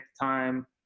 time